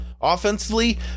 Offensively